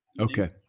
Okay